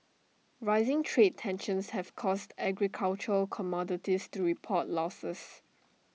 rising trade tensions have caused agricultural commodities to report losses